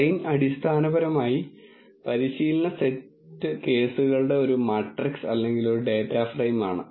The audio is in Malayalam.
ട്രെയിൻ അടിസ്ഥാനപരമായി പരിശീലന സെറ്റ് കേസുകളുടെ ഒരു മാട്രിക്സ് അല്ലെങ്കിൽ ഒരു ഡാറ്റ ഫ്രെയിം ആണ്